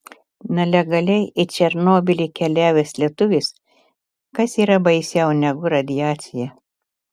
nelegaliai į černobylį keliavęs lietuvis kas yra baisiau negu radiacija